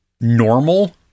normal